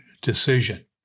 decision